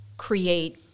create